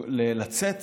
לצאת